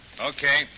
Okay